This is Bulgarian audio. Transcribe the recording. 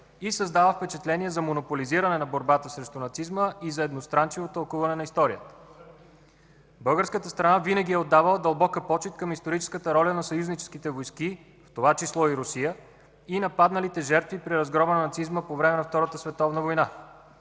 и създава впечатление за монополизиране на борбата срещу нацизма и за едностранчиво тълкуване на историята. Българската страна винаги е отдавала дълбока почит към историческата роля на съюзническите войски, в това число и Русия, и на падналите жертви при разгрома на нацизма по време на Втората световна война.